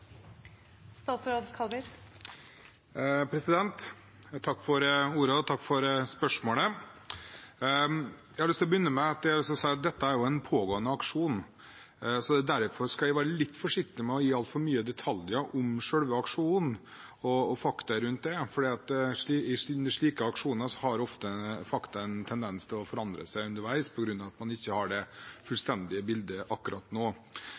statsråd Jøran Kallmyr, som også har en taletid på inntil 5 minutter. Takk for ordet, og takk for spørsmålet. Jeg har lyst til å begynne med å si at dette er en pågående aksjon, og derfor skal jeg være litt forsiktig med å gi altfor mye detaljer om selve aksjonen og fakta rundt den. I slike aksjoner har fakta ofte en tendens til å forandre seg underveis på grunn av at man ikke har det fullstendige bildet akkurat nå.